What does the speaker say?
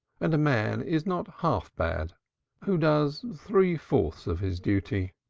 and a man is not half bad who does three-fourths of his duty.